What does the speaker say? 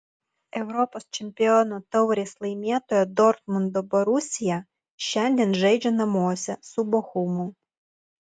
europos čempionų taurės laimėtoja dortmundo borusija šiandien žaidžia namuose su bochumu